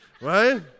right